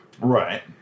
Right